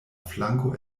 flanko